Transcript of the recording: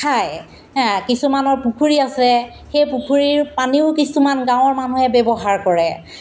খায় হা কিছুমানৰ পুখুৰী আছে সেই পুখুৰীৰ পানীও কিছুমান গাঁৱৰ মানুহে ব্যৱহাৰ কৰে